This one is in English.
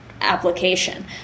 application